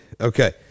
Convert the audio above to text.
Okay